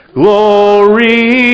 glory